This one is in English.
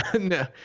no